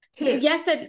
yes